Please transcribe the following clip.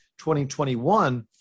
2021